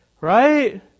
right